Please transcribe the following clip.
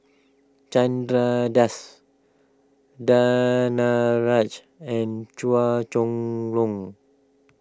Chandra Das Danaraj and Chua Chong Long